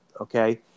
okay